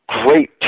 great